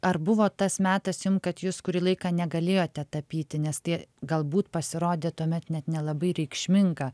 ar buvo tas metas jum kad jūs kurį laiką negalėjote tapyti nes tai galbūt pasirodė tuomet net nelabai reikšminga